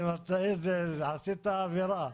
עשית אווירה...